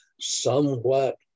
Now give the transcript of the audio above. somewhat